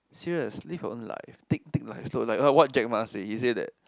serious live your own life take take a slow life what Jack-Ma say he say that